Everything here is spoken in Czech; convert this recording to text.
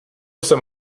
jsem